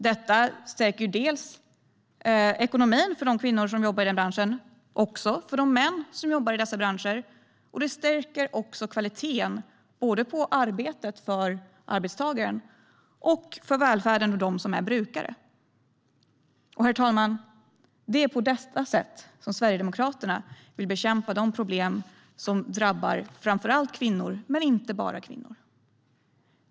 Detta stärker ekonomin för kvinnor och män som jobbar i de branscherna, och det stärker också kvaliteten på arbetet för arbetstagaren och på välfärden för brukarna. Herr talman! Det är på detta sätt som Sverigedemokraterna vill bekämpa de problem som drabbar framför allt kvinnor men inte bara kvinnor.